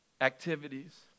activities